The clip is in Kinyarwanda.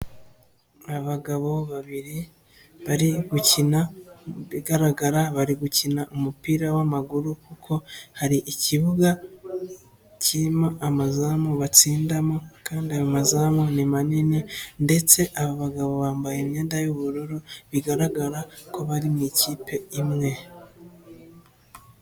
Abagabo babiri bari gukina mu bigaragara bari gukina umupira w'amaguru kuko hari ikibuga kirimo amazamu batsindamo kandi ayo mazamu ni manini ndetse aba bagabo bambaye imyenda y'ubururu bigaragara ko bari mu ikipe imwe.